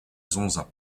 zonza